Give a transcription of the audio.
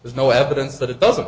there's no evidence that it doesn't